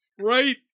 Right